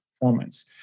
performance